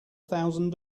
thousand